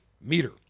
meter